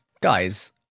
Guys